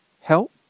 help